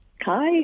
Hi